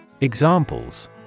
Examples